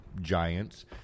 giants